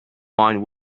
mind